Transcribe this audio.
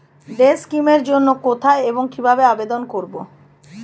Day scheme এর জন্য কোথায় এবং কিভাবে আবেদন করব?